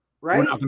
Right